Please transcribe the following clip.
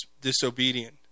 disobedient